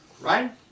right